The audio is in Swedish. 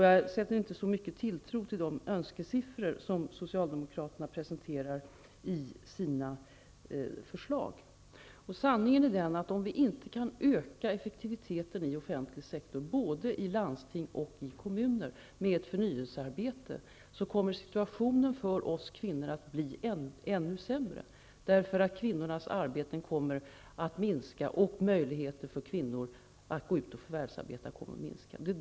Jag sätter inte så stor tilltro till de önskesiffror som Sanningen är att om vi inte kan öka effektiviteten i offentlig sektor både i landsting och i kommuner med ett förnyelsearbete så kommer situationen för oss kvinnor att bli ännu sämre. Kvinnornas arbeten och möjligheterna för kvinnor att gå ut och förvärvsarbeta kommer att minska.